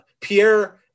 Pierre